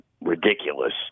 ridiculous